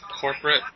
corporate